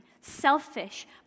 selfish